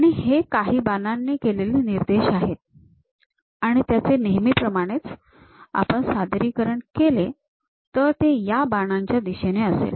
आणि हे काही बाणांनी केलेले निर्देश आहेत आणि त्याचे नेहमीप्रमाणेच आपण सादरीकरण केले तर तर ते या बाणांच्या दिशेने असेल